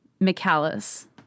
McAllis